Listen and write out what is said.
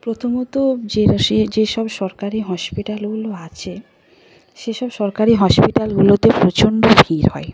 প্রথমত যেসব সরকারি হসপিটালগুলো আছে সেসব সরকারি হসপিটালগুলোতে প্রচণ্ড ভিড় হয়